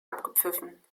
abgepfiffen